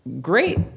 Great